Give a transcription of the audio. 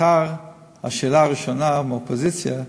מחר השאלה הראשונה מהאופוזיציה: